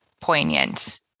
poignant